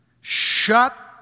shut